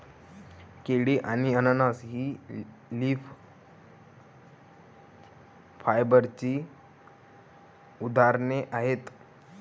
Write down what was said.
केळी आणि अननस ही लीफ फायबरची उदाहरणे आहेत